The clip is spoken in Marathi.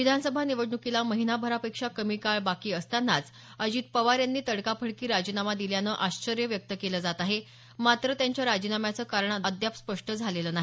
विधानसभा निवडणुकीला महिनाभरापेक्षा कमी काळ बाकी असतानाच अजित पवार यांनी तडकाफडकी राजीनामा दिल्यानं आश्चर्य व्यक्त केलं जात आहे मात्र त्यांच्या राजीनाम्याचं कारण अद्याप स्पष्ट झालेलं नाही